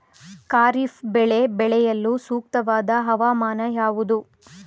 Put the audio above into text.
ಖಾರಿಫ್ ಬೆಳೆ ಬೆಳೆಯಲು ಸೂಕ್ತವಾದ ಹವಾಮಾನ ಯಾವುದು?